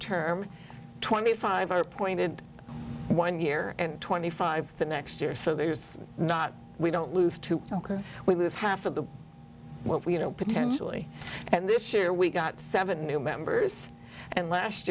term twenty five are appointed one year and twenty five the next year so there's not we don't lose too we lose half of the well you know potentially and this year we got seven new members and last